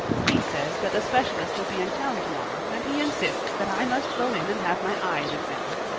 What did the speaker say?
he says that the specialist will be in town tomorrow and he insists that i must go in and have my eyes examined.